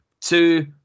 two